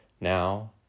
Now